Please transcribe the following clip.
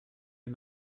est